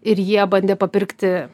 ir jie bandė papirkti